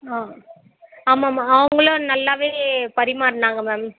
ஆ ஆமாமா அவங்களும் நல்லாவே பரிமாறினாங்க மேம்